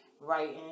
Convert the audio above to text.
writing